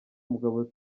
mugabo